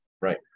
right